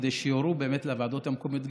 כדי שיורו לוועדות המקומיות.